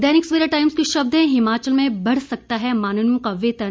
दैनिक Savera Times के शब्द हैं हिमाचल में बढ़ सकता है माननीयों का वेतन